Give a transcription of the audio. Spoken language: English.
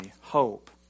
hope